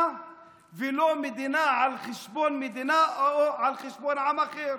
ולא מדינה על חשבון מדינה או על חשבון עם אחר.